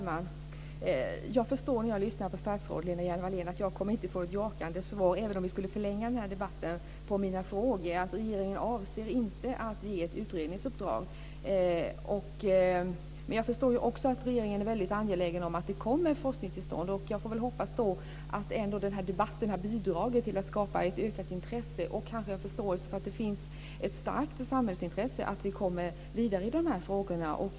Fru talman! Jag förstår när jag lyssnar på statsrådet Lena Hjelm-Wallén att jag inte kommer att få ett jakande svar på mina frågor även om vi skulle förlänga debatten. Regeringen avser inte att ge ett utredningsuppdrag. Jag förstår också att regeringen är väldigt angelägen om att det kommer forskning till stånd. Jag får väl hoppas att den här debatten ändå har bidragit till att skapa ett ökat intresse och kanske en förståelse för att det finns ett starkt samhällsintresse att vi kommer vidare i dessa frågor.